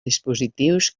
dispositius